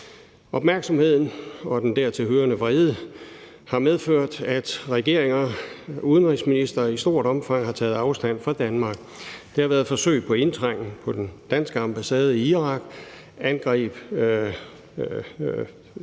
Opmærksomheden og den dertilhørende vrede har medført, at regeringer og udenrigsministre i stort omfang har taget afstand fra Danmark. Der har været forsøg på indtrængen på den danske ambassade i Irak, og